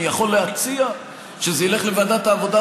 אני יכול להציע שזה ילך לוועדת העבודה,